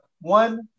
One